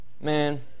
Man